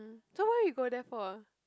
so why you go there for